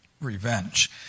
Revenge